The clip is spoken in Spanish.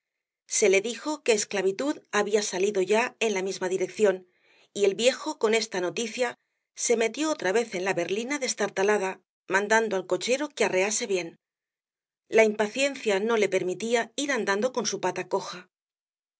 se le dijo que esclavitud había salido ya en la misma dirección y el viejo con esta noticia se metió otra vez en la berlina destartalada mandando al cochero que arrease bien la impaciencia no le permitía ir andando con su pata coja en